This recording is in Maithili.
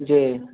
जी